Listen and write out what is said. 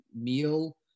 meal